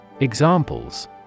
Examples